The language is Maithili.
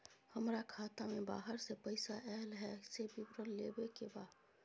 हमरा खाता में बाहर से पैसा ऐल है, से विवरण लेबे के बा?